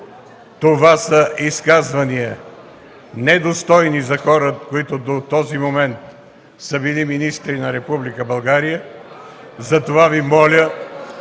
Това са изказвания, недостойни за хора, които до този момент са били министри на Република България, (силен